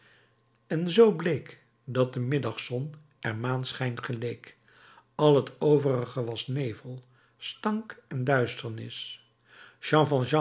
en zoo bleek dat de middagzon er maanschijn geleek al het overige was nevel stank en duisternis